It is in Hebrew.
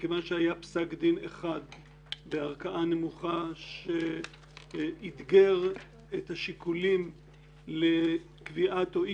מכיוון שהיה פסק דין אחד בערכאה נמוכה שאתגר את השיקולים לקביעת או אי